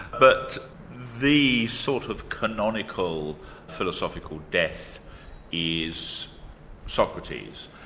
but the sort of canonical philosophical death is socrates,